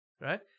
right